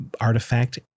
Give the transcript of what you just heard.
artifact